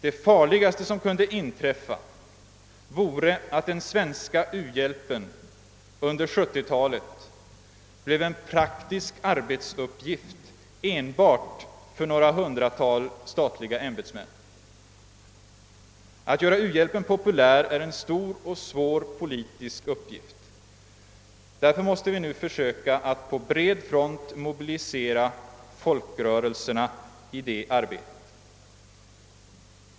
Det farligaste som kunde inträffa vore att den svenska u-hjälpen under 1970-talet bleve en praktisk arbetsuppgift enbart för några hundratal statliga ämbetsmän. Att göra u-hjälpen populär är en stor och svår politisk uppgift. Därför måste vi nu försöka att på bred front mobilisera folkrörelserna i det arbetet.